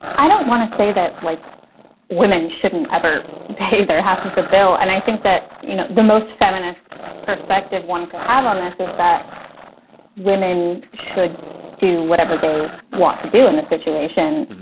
i don't want to say that like women shouldn't ever pay their half of the bill. and i think that you know the most feminist perspective one could have on this is that women should do whatever they want to do in this situation